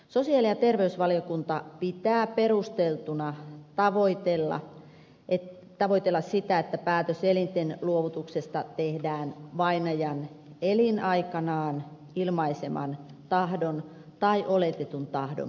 sosiaali ja terveysvaliokunta pitää perusteltuna tavoitella sitä että päätös elinten luovutuksesta tehdään vainajan elinaikanaan ilmaiseman tahdon tai oletetun tahdon mukaisesti